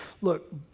Look